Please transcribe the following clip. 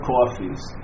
Coffees